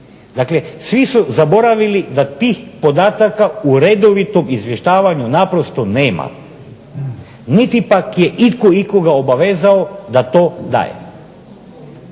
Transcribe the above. Dakle svi su zaboravili da tih podataka u redovitom izvještavanju naprosto nema, niti pak je itko ikoga obavezao da to daje.